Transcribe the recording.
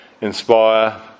inspire